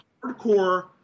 hardcore